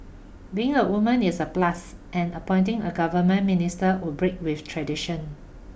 being a woman is a plus and appointing a government minister would break with tradition